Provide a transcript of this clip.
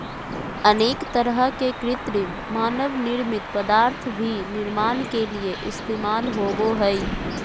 अनेक तरह के कृत्रिम मानव निर्मित पदार्थ भी निर्माण के लिये इस्तेमाल होबो हइ